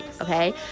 okay